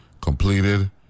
completed